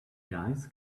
guys